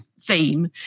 theme